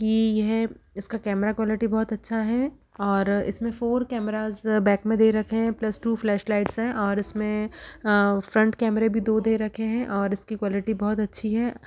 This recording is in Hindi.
कि यह इसका कैमरा क्वालिटी बहुत अच्छा है और इसमें फोर कैमराज़ जो है बैक में दे रखे हैं प्लस टू फ्लैशलाइट्स हैं और इसमें फ्रंट कैमरे भी दो दे रखे हैं और इसकी क्वालिटी बहुत अच्छी है